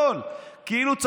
אנחנו התנהגנו אחרת, מה לעשות.